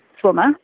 swimmer